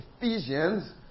Ephesians